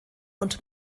und